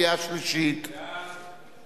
המוכרים בהתאם לאמות מידה לתקצוב שייקבע על-ידה או